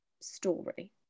story